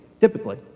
Typically